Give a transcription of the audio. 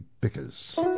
Pickers